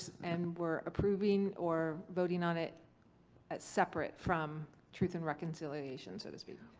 and we're approving or voting on it separate from truth and reconciliation, so to speak.